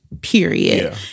period